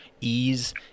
ease